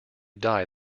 die